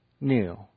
new